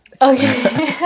Okay